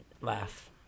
Laugh